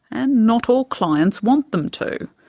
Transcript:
and not all clients want them to.